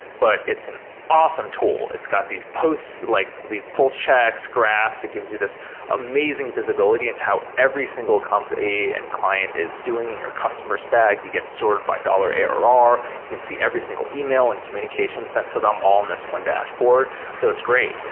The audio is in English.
but it's an awesome tool. it's got these pulse like these pulse checks, graphs. it gives you this amazing visibility into how every single company and client is doing in your customer stack. you get sorted by dollar arr. you can see every single email and communication sent to them all on this one dashboard. so it's great.